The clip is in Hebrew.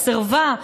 או סירבה,